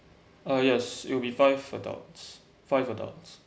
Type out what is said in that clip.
uh yes it'll be five adults five adults